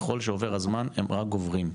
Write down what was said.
ככל שעובר הזמן הם רק גוברים.